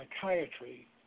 Psychiatry